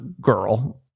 girl